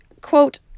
quote